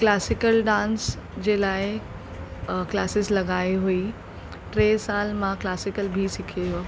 classical dance जे लाइ classes लॻाई हुई टे साल मां क्लासिकल बि सिखियो